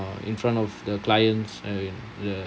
uh in front of the clients and the